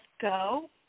go